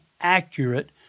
accurate